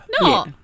No